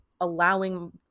allowing